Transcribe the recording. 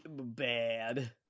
bad